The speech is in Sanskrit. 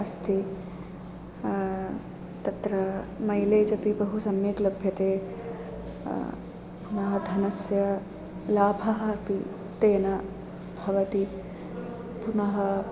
अस्ति तत्र मैलेज् अपि बहु सम्यक् लभ्यते पुनः धनस्य लाभः अपि तेन भवति पुनः